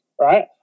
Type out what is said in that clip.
Right